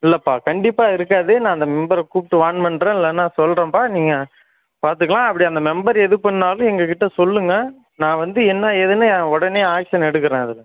இல்லைப்பா கண்டிப்பாக இருக்காது நான் அந்த மெம்பரை கூப்பிட்டு வார்ன் பண்ணுறேன் இல்லைன்னா சொல்லுறேன்ப்பா நீங்கள் பார்த்துக்கலாம் அப்படி அந்த மெம்பர் எது பண்ணாலும் எங்கள்கிட்ட சொல்லுங்கள் நான் வந்து என்ன ஏதுன்னு உடனே ஆக்ஷன் எடுக்குறேன் அதற்கு